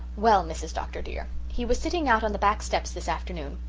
well, mrs. dr. dear, he was sitting out on the back steps this afternoon.